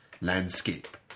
landscape